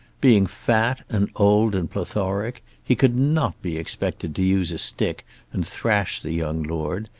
being fat and old and plethoric he could not be expected to use a stick and thrash the young lord.